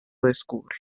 descubre